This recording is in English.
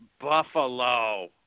Buffalo